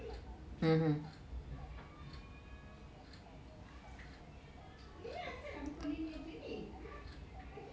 mmhmm